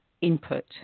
input